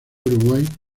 uruguay